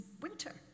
winter